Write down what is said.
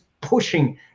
pushing